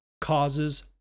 causes